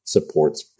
Supports